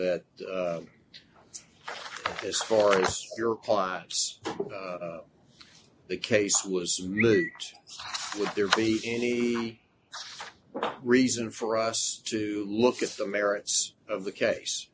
that as far as your pipes the case was really would there be any reason for us to look at the merits of the case